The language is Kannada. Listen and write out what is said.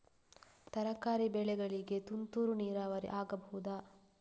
ತರಕಾರಿ ಬೆಳೆಗಳಿಗೆ ತುಂತುರು ನೀರಾವರಿ ಆಗಬಹುದಾ?